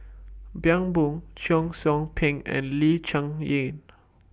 Bani Buang Cheong Soo Pieng and Lee Cheng Yan